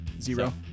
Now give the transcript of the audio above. Zero